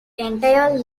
entire